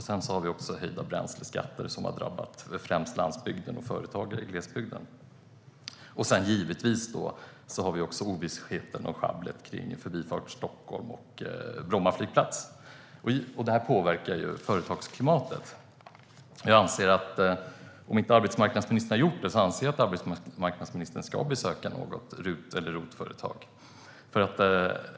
Vi har också höjda bränsleskatter, som har drabbat främst landsbygden och företagare i glesbygden. Givetvis har vi också ovissheten och sjabblet när det gäller Förbifart Stockholm och Bromma flygplats. Detta påverkar företagsklimatet. Om arbetsmarknadsministern inte har gjort det anser jag hon ska besöka något RUT eller ROT-företag.